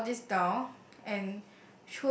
put all these down and